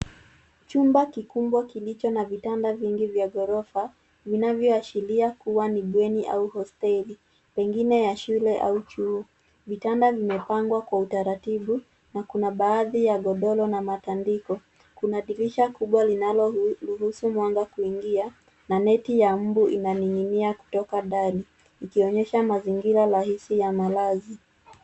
Chumba kikubwa kilicho na vitanda vingi vya ghorofa vinavyoashiria kuwa ni bweni au hosteli, pengine ya shule au chuo. Vitanda vimepangwa kwa utaratibu na kuna baadhi ya godoro na matandiko. Kuna dirisha kubwa linaloruhusu mwanga kuingia na neti ya mbu inaning'inia kutoka dari ikionyesha mazingira rahisi ya malazi.